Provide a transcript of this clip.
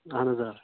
اہَن حظ آ